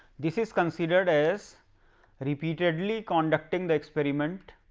this is considered as repeatedly contacting the experiment,